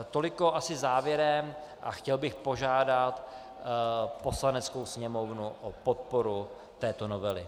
Toliko asi závěrem a chtěl bych požádat Poslaneckou sněmovnu o podporu této novely.